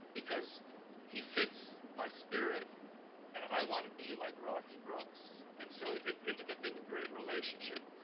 because he fits my spirit and i want to be like rodney brooks and so it ended up being a great relationship.